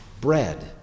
bread